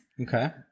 okay